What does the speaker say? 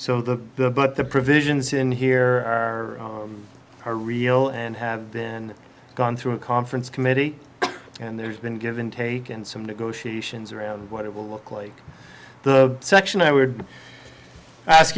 so that the but the provisions in here are real and have then gone through a conference committee and there's been given take in some negotiations around what it will look like the section i would ask